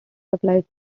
supplied